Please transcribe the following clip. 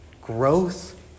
growth